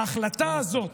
ההחלטה הזאת,